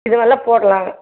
இதுவெல்லாம் போடலாம்